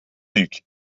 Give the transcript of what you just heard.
luc